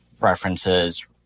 references